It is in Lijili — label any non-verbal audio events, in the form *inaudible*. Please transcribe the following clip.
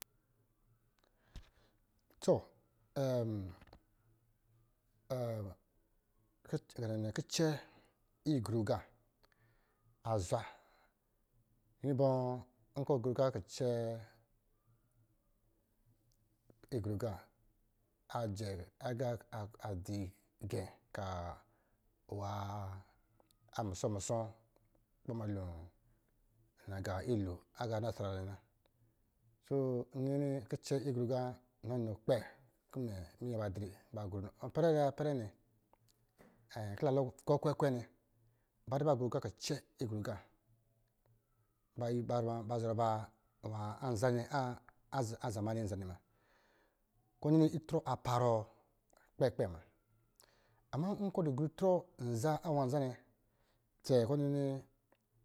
*unintelligible* *hesitation* kicɛ igru agā azwa *unintelligible* nkɔ̄ ɔ gru agā kicɛ igru agā ajɛ agā adzi gɛ ka nwa a musɔ-musɔ kɔ̄ ba malo na agā ilo aga a nasara nnɛna so, nnini kicɛ igra aga nɔ nɔ kpɛ aka nwa *unintelligible* ipɛrɛ la, ipɛrɛ nnɛ kɔ̄ la lolo kwe-kwe nnɛ ba drɛ kɔ̄ ba gru agā kicɛ igra agā ba zɔrɔ ba nwa *unintelligible* za muna, nkɔ̄ ɔ ni itrɔ a parɔ kpɛkpɛ muna. Ama nkɔ̄ ɔ dɔ̄ gru itrɔ nza nwa anza nnɛ tse kɔ̄ ɔ nini